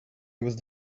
was